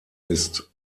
ist